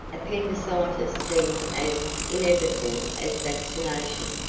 appendicitis seemed as inevitable as vaccination.